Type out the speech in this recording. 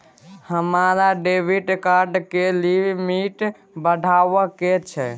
हमरा debit card के limit बढावा के छै